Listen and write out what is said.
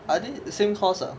are they same course ah